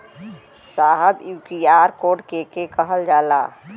साहब इ QR code के के कहल जाला?